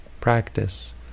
practice